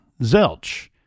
Zelch